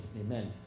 amen